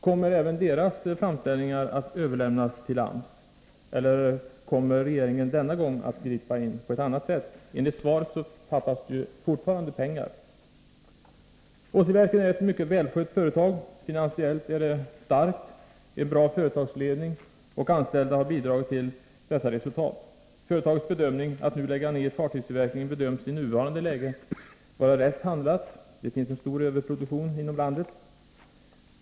Kommer även deras framställningar att överlämnas till AMS, eller kommer regeringen denna gång att gripa in på ett annat sätt? Enligt svaret fattas det ju fortfarande pengar. Åsiverken är ett mycket välskött företag. Finansiellt är företaget starkt. En bra företagsledning och anställda har bidragit till dessa resultat. Företagets bedömning att det i den nuvarande situationen är bäst att lägga ned fartygstillverkningen anses vara riktig. Det finns en stor överproduktion inom landet.